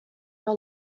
your